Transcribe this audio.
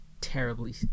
terribly